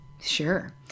Sure